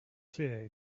clear